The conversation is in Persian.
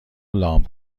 لامپ